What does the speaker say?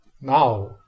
now